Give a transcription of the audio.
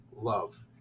love